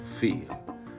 feel